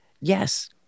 yes